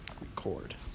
Record